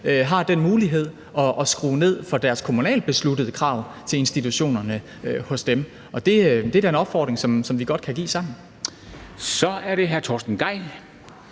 har muligheden for at skrue ned for deres kommunalt besluttede krav til institutionerne, og det er da en opfordring, som vi godt kan give sammen. Kl. 09:41 Formanden